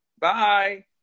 bye